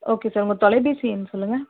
okay sir உங்கள் தொலைபேசி எண் சொல்லுங்க